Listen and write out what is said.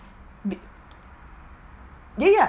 be~ ya ya